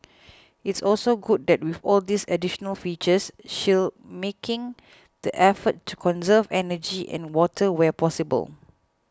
it's also good that with all these additional features Shell's making the effort to conserve energy and water where possible